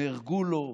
נהרגו לו,